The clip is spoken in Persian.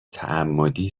تعمدی